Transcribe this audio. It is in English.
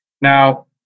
Now